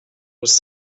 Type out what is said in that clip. was